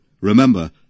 Remember